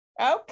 Okay